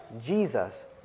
Jesus